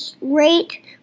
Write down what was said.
rate